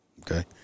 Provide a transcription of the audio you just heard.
Okay